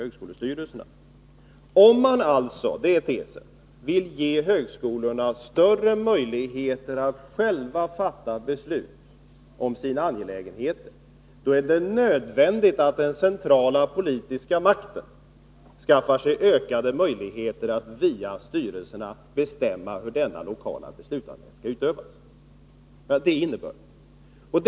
Tesen är därmed denna: Om man vill ge högskolorna större möjligheter att själva fatta beslut om sina angelägenheter, då är det nödvändigt att den centrala politiska makten skaffar sig ökade möjligheter att via styrelserna bestämma hur denna lokala beslutanderätt skall utövas.